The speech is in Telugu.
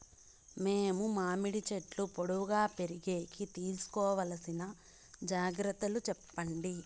మేము మామిడి చెట్లు పొడువుగా పెరిగేకి తీసుకోవాల్సిన జాగ్రత్త లు చెప్పండి?